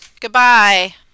goodbye